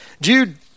Jude